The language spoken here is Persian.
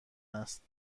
است